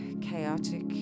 chaotic